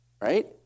right